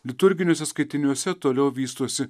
liturginiuose skaitiniuose toliau vystosi